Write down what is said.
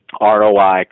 ROI